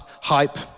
Hype